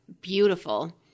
beautiful